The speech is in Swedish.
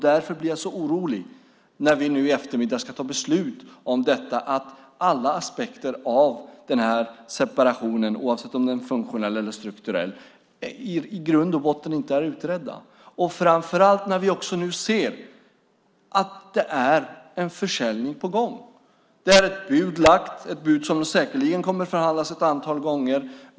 Därför blir jag så orolig, när vi nu i eftermiddag ska ta beslut om detta, över att alla aspekter av denna separation, oavsett om den är funktionell eller strukturell, i grund och botten inte är utredda, framför allt när vi nu också ser att det är en försäljning på gång. Ett bud har lagts, och det kommer säkerligen att förhandlas ett antal gånger.